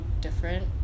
different